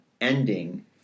ending